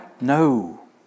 No